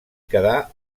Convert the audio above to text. quedar